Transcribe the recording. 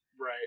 Right